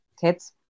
kids